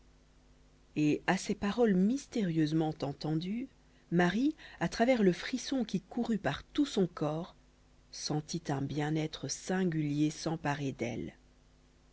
et à ces paroles mystérieusement entendues marie à travers le frisson qui courut par tout son corps sentit un bien-être singulier s'emparer d'elle